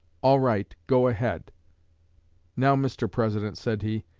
all right go ahead now, mr. president said he,